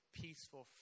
peaceful